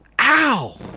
ow